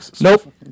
Nope